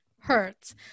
hurts